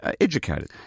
Educated